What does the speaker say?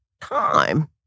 time